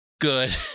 good